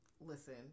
Listen